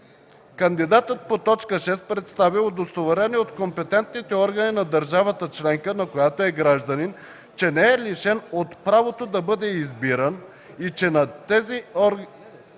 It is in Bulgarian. кандидатът по т. 6 представя удостоверение от компетентните органи на държавата членка, на която е гражданин, че не е лишен от правото да бъде избиран и че на тези органи